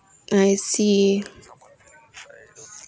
I see